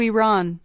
Iran